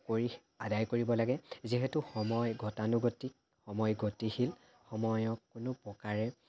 কৰি আদায় কৰিব লাগে যিহেতু সময় গতানুকগতিক সময় গতিশীল সময়ক কোনো প্ৰকাৰে